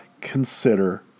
consider